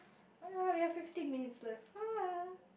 alright we have fifteen minutes left haha